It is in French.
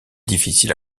difficile